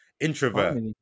introvert